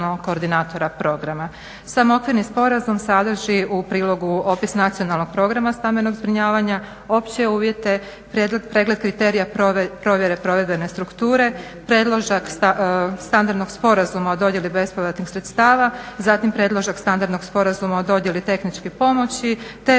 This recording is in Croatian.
Sam okvirni sporazum sadrži u prilogu opis Nacionalnog programa stambenog zbrinjavanja, opće uvjete, pregled kriterija provjere provedbene strukture, predložak standardnog sporazuma o dodjeli bespovratnih sredstava, zatim predložak standardnog sporazuma o dodjeli tehničke pomoći te